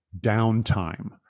downtime